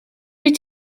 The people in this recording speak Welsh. wyt